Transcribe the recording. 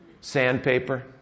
Sandpaper